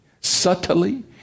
subtly